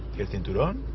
isn't it um